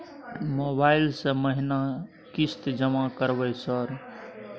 Mobile से महीना किस्त जमा करबै सर?